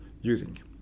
using